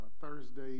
Thursday